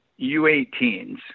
U18s